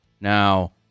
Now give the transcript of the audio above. Now